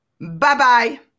Bye-bye